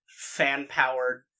fan-powered